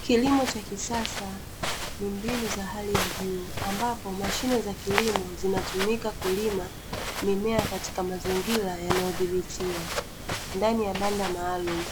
Kilimo cha kisasa ni mbinu za hali ya juu ambapo mashine za kilimo zinatumika kulima mimea katika mazingira yanayodhibitiwa ndani ya banda maalum.